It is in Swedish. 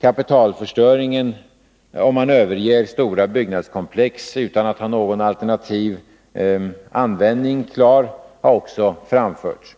Kapitalförstöringen, om man överger stora byggnadskomplex utan att ha någon alternativ användning klar, har också påtalats.